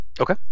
Okay